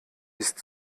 ist